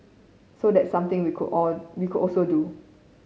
so that's something we could all we could also do